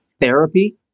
therapy